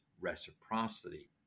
reciprocity